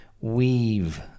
weave